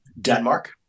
Denmark